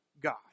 God